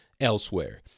elsewhere